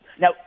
now